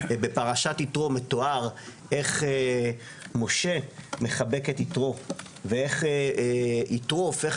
בפרשת יתרו מתואר איך משה מחבק את יתרו ואיך יתרו הופך